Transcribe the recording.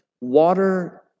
water